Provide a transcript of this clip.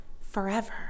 forever